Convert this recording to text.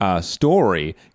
Story